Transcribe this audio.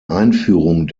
einführung